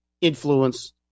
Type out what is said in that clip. influence